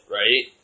right